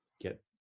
get